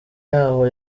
yaho